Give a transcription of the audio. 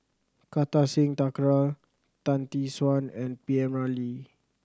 Kartar Singh Thakral Tan Tee Suan and P M Ramlee